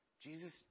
Jesus